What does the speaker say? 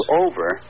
over